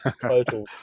total